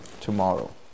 tomorrow